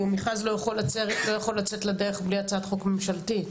המכרז לא יכול לצאת לדרך בלי הצעת חוק ממשלתית,